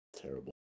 Terrible